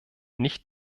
nicht